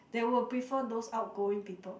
they will prefer those outgoing people